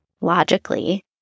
Logically